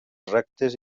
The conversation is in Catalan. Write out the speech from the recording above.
rectes